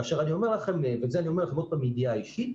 כאשר ואת זה אני אומר לכם מידיעה אישית